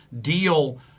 deal